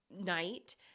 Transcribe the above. night